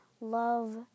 Love